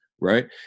right